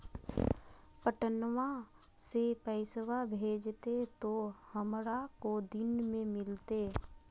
पटनमा से पैसबा भेजते तो हमारा को दिन मे मिलते?